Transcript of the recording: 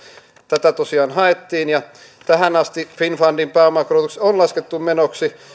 tätä tosiaan haettiin ja tähän asti finnfundin pääomakorotus on laskettu menoksi